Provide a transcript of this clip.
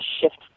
shift